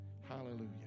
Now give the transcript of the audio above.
Hallelujah